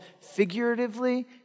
figuratively